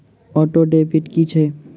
Auto debit की छैक?